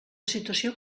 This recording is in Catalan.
situació